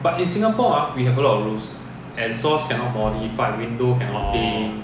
orh